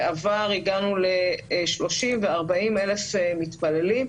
בעבר הגענו ל-30,000 ו-40,000 מתפללים.